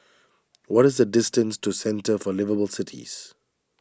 what is the distance to Centre for Liveable Cities